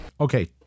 Okay